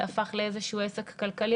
זה הפך לאיזה שהוא עסק כלכלי,